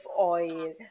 oil